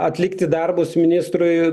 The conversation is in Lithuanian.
atlikti darbus ministrui